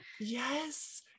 yes